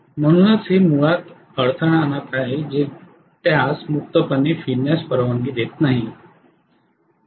म्हणूनच हे मुळात अडथळा आणत आहे जे त्यास मुक्तपणे फिरण्यास परवानगी देत नाही